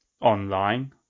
online